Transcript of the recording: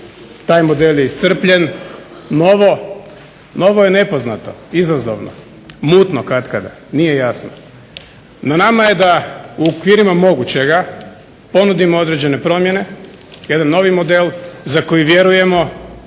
taj model je iscrpljen. Novo, novo je nepoznato, izazovno, mutno katkada, nije jasno. Na nama je da u okvirima mogućega ponudimo određene promjene, jedan novi model za koji vjerujemo